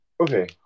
Okay